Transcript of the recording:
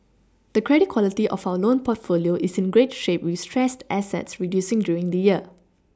the credit quality of our loan portfolio is in great shape with stressed assets Reducing during the year